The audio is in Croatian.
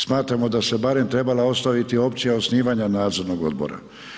Smatramo da se barem trebala ostaviti opcija osnivanja nadzornog odbora.